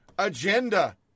agenda